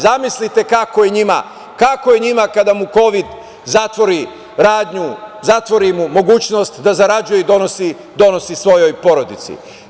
Zamislite kako je njima, kako je njima kada mu kovid zatvori radnju, zatvori mu mogućnost da zarađuje i donosi svojoj porodici.